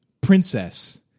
princess